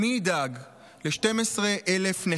מי ידאג לשורדי הטבח,